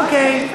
כן, אוקיי.